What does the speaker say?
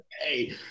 hey